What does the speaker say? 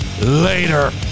Later